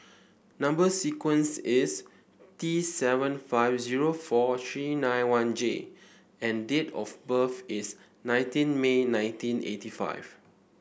number sequence is T seven five zero four three nine one J and date of birth is nineteen May nineteen eighty five